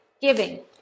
Giving